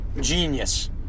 Genius